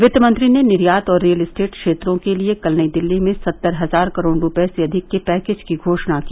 वित्तमंत्री ने निर्यात और रियल एस्टेट क्षेत्रों के लिए कल नई दिल्ली में सत्तर हजार करोड़ रुपये से अधिक के पैकेज की घोषणा की